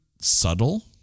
subtle